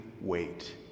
wait